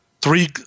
three –